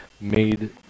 made